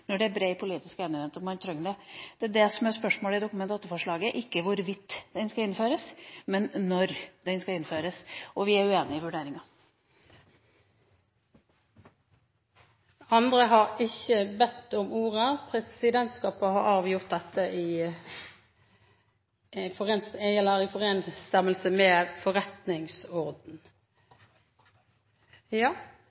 Når skal vi innfase den, og hvordan skal den innfases? Det er bred politisk enighet om at man trenger den. Det er det som er spørsmålet i Dokument nr. 8-forslaget – ikke hvorvidt den skal innføres, men når den skal innføres. Vi er uenig i presidentskapets vurdering. Presidentskapet har avgjort dette i overensstemmelse med